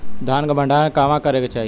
धान के भण्डारण कहवा करे के चाही?